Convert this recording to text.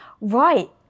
Right